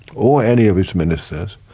or any of his ministers,